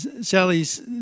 Sally's